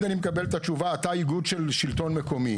אני מקבל את התשובה 'אתה איגוד של שלטון מקומי'.